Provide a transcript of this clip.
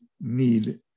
need